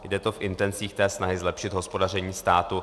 Jde to v intencích té snahy zlepšit hospodaření státu.